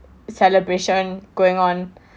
celebration going on